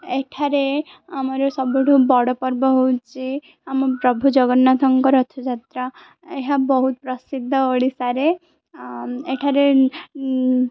ଏଠାରେ ଆମର ସବୁଠୁ ବଡ଼ ପର୍ବ ହେଉଛି ଆମ ପ୍ରଭୁ ଜଗନ୍ନାଥଙ୍କ ରଥଯାତ୍ରା ଏହା ବହୁତ ପ୍ରସିଦ୍ଧ ଓଡ଼ିଶାରେ ଏଠାରେ